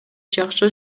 жакшы